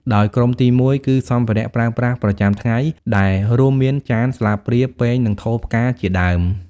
ដោយក្រុមទីមួយគឺ សម្ភារៈប្រើប្រាស់ប្រចាំថ្ងៃ ដែលរួមមាន ចាន ស្លាបព្រា ពែង និងថូផ្កា ជាដើម។